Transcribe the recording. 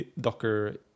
Docker